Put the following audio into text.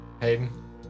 Hayden